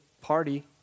party